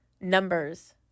numbers